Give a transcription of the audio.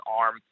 arm